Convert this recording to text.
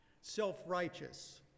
self-righteous